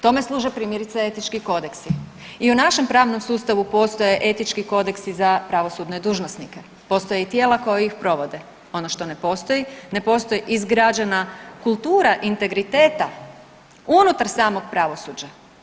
Tome služe primjerice etički kodeksi i u našem pravnom sustavu postoje etički kodeksi za pravosudne dužnosnike, postoje i tijela koja ih provode, ono što ne postoji, ne postoji izgrađena kultura integriteta unutar samog pravosuđa.